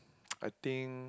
I think